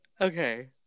Okay